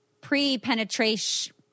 pre-penetration